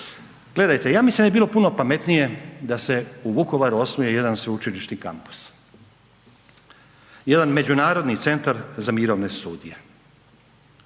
Gledajte, ja mislim da bi bilo puno pametnije da se u Vukovaru osnuje jedan sveučilišni kampus. Jedan međunarodni centar za mirovne studije